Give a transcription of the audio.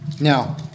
Now